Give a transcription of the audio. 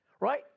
right